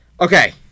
okay